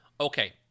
Okay